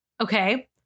Okay